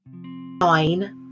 nine